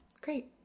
Great